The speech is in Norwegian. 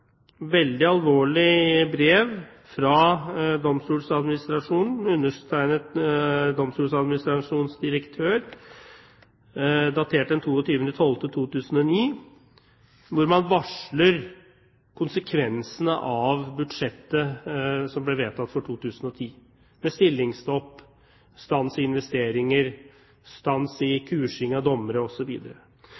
veldig alvorlig brev fra Domstoladministrasjonen undertegnet Domstoladministrasjonens direktør, datert den 22. desember 2009, hvor man varsler konsekvensene av budsjettet som ble vedtatt for 2010, med stillingsstopp, stans i investeringer, stans i